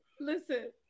Listen